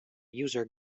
user